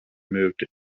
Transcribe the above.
moved